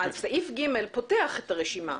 סעיף (ג) פותח את הרשימה.